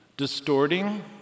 Distorting